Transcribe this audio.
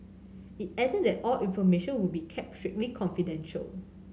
it added that all information would be kept strictly confidential